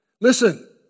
Listen